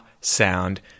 sound